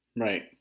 Right